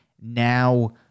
Now